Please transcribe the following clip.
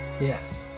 Yes